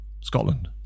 Scotland